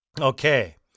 Okay